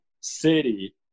city